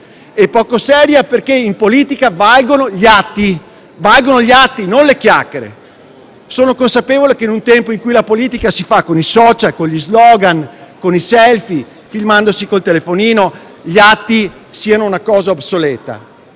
Poco seria perché in politica valgono gli atti e non le chiacchiere. Sono consapevole che in un tempo in cui la politica si fa con i *social*, con gli *slogan*, con i *selfie*, filmandosi con il telefonino, gli atti siano una cosa obsoleta,